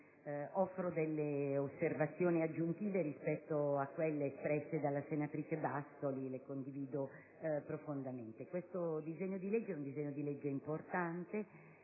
offro osservazioni aggiuntive rispetto a quelle espresse dalla senatrice Bassoli, che condivido profondamente. Il disegno di legge in esame è importante